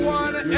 one